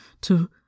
To-